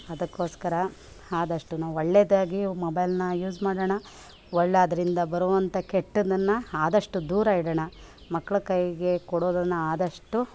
ಅದಕ್ಕೋಸ್ಕರ ಆದಷ್ಟು ನಾವು ಒಳ್ಳೆಯದಾಗಿ ಮೊಬೈಲ್ನ ಯೂಸ್ ಮಾಡೋಣ ಒಳ್ಳೆ ಅದರಿಂದ ಬರುವಂಥ ಕೆಟ್ಟದನ್ನು ಆದಷ್ಟು ದೂರ ಇಡೋಣ ಮಕ್ಕಳು ಕೈಗೆ ಕೊಡೋದನ್ನು ಆದಷ್ಟು